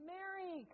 Mary